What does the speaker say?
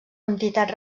entitats